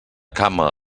cama